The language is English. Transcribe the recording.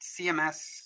CMS